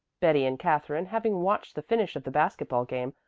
betty and katherine, having watched the finish of the basket-ball game,